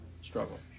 struggle